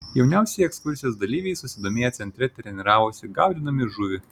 jauniausieji ekskursijos dalyviai susidomėję centre treniravosi gaudydami žuvį